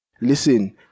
Listen